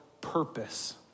purpose